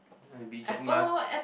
like be Jack-Ma's